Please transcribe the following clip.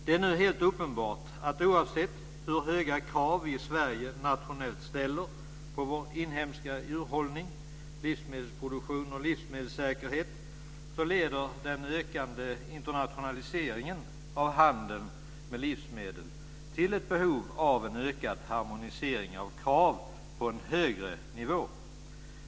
Det är nu helt uppenbart att oavsett hur höga krav vi i Sverige nationellt ställer på vår inhemska djurhållning, livsmedelsproduktion och livsmedelssäkerhet, leder den ökande internationaliseringen av handeln med livsmedel till ett behov av en ökad harmonisering av krav på en högre nivå.